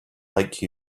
like